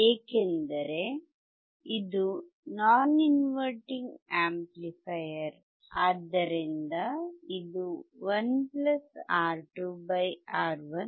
ಏಕೆಂದರೆ ಈಗ ನಾನು ವರ್ಧನೆಗಾಗಿ R1 ಮತ್ತು R2 ಅನ್ನು ಹೊಂದಿದ್ದೇನೆ ಲಾಭದ ಬದಲಾವಣೆಗಾಗಿ ನೀವು R1 ಸಹಾಯದಿಂದ ಲಾಭವನ್ನು ಬದಲಾಯಿಸಬಹುದು ನಾವು ಲಾಭವನ್ನು R2 ಸಹಾಯದಿಂದ ಬದಲಾಯಿಸಬಹುದು ಅಥವಾ ವಾಸ್ತವವಾಗಿ R1 ಮತ್ತು R2 ಸಂಯೋಜನೆಯಲ್ಲಿ ಬದಲಾಯಿಸಬಹುದು